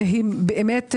היא באמת ראויה,